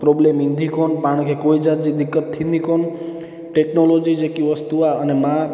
problem ईंदी कोन पाण खे कोई दिक़त थींदी कोन टेक्नोलोजी जेकी वस्तू आहे अने मां